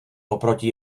oproti